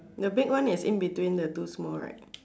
the big one is in between the two small right